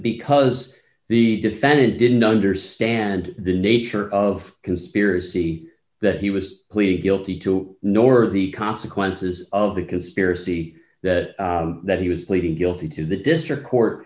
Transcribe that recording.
because the defendant didn't understand the nature of conspiracy that he was plead guilty to nor the consequences of the conspiracy that that he was pleading guilty to the district court